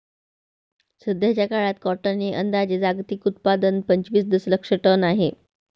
सध्याचा काळात कॉटन हे अंदाजे जागतिक उत्पादन पंचवीस दशलक्ष टन आहे